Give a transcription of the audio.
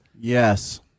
Yes